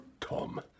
Tom